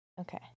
Okay